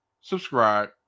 subscribe